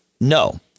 No